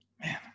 Man